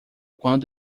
quando